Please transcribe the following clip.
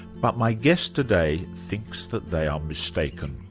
but my guest today thinks that they are mistaken.